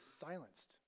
silenced